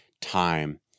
time